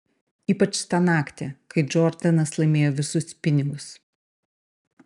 ypač tą naktį kai džordanas laimėjo visus pinigus